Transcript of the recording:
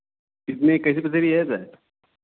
कितने कैसे कितने के दिए सर